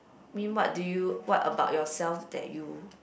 mean what do you what about yourself that you